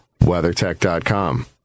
WeatherTech.com